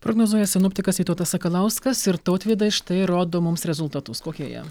prognozuoja sinoptikas vytautas sakalauskas ir tautvydas štai rodo mums rezultatus kokie jie